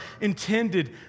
intended